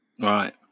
Right